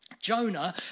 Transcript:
Jonah